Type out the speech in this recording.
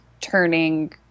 turning